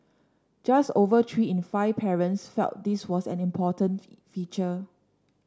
just over three in five parents felt this was an important feature